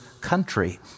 country